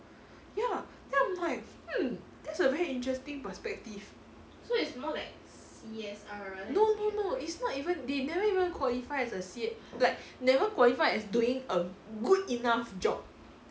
ya then I'm like hmm that's a very interesting perspective no no no it's not even they never even qualify as a C like never qualify as doing a good enough job